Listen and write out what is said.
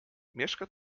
mieszka